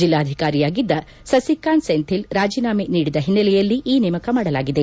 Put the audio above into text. ಜಿಲ್ಲಾಧಿಕಾರಿಯಾಗಿದ್ದ ಸಸಿಕಾಂತ್ ಸೆಂಥಿಲ್ ರಾಜೀನಾಮೆ ನೀಡಿದ ಹಿನ್ನೆಲೆಯಲ್ಲಿ ಈ ನೇಮಕ ಮಾಡಲಾಗಿದೆ